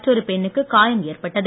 மற்றொரு பெண்ணுக்கு காயம் ஏற்பட்டது